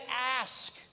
ask